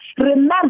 Remember